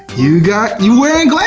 you got, you wearing